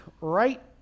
right